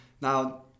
Now